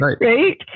Right